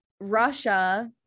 Russia